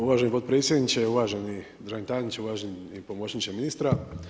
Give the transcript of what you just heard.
Uvaženi potpredsjedniče, uvaženi državni tajniče, uvaženi pomoćniče ministra.